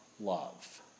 love